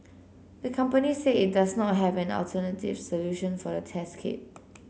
the company said it does not have an alternative solution for the test kit